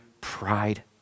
pride